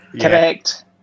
Correct